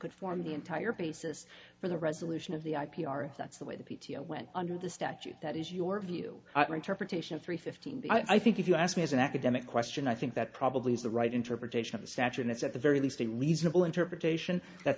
could form the entire basis for the resolution of the i p r that's the way the p t o went under the statute that is your view of three fifteen i think if you ask me as an academic question i think that probably is the right interpretation of the statue and it's at the very least a reasonable interpretation that